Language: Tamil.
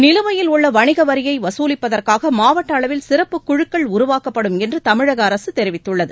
நிலுவையில் உள்ள வணிக வரியை வசூலிப்பதற்காக மாவட்ட அளவில் சிறப்பு குழுக்கள் உருவாக்கப்படும் என்று தமிழக அரசு தெரிவித்துள்ளது